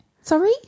Sorry